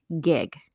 gig